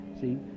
see